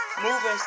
moving